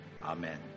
Amen